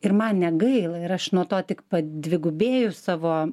ir man negaila ir aš nuo to tik padvigubėjus savo